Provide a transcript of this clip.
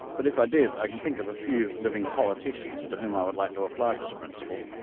but if i did i can think of a few living politicians to whom i would like to apply this principle.